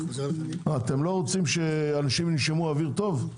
אתם לא רוצים שאנשים ינשמו אוויר טוב?